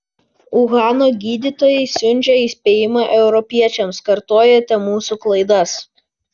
uhano gydytojai siunčia įspėjimą europiečiams kartojate mūsų klaidas